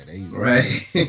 Right